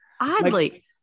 Oddly